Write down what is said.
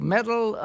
Metal